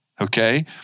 Okay